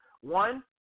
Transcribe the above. One